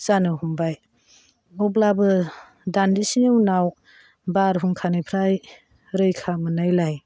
जानो हमबाय अब्लाबो दानदिसेनि उनाव बारहुंखानिफ्राय रैखा मोन्नायलाय